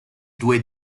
due